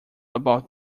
about